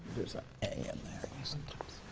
there's an a in there sometimes